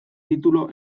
titulu